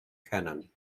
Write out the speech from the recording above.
canon